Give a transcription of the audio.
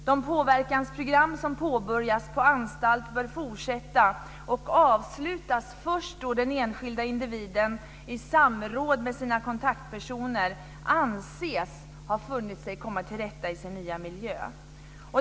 De påverkansprogram som påbörjas på anstalt bör fortsätta och avslutas först då den enskilda individen i samråd med sina kontaktpersoner anses ha funnit sig till rätta i sin nya miljö.